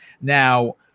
Now